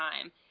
time